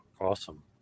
awesome